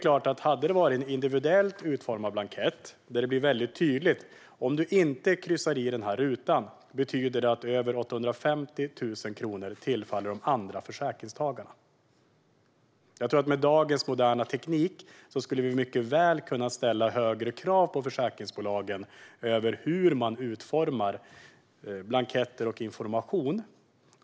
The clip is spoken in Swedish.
Med en individuellt utformad blankett kan det göras tydligt att om du inte kryssar i rutan betyder det att över 850 000 kronor tillfaller de andra försäkringstagarna. Med dagens moderna teknik kan vi mycket väl ställa högre krav på försäkringsbolagen över hur de utformar blanketter och information.